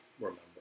Remember